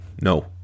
no